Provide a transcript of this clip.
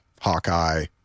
hawkeye